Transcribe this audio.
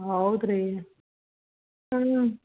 ಹೌದ್ರೀ ಹ್ಞೂ